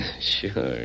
Sure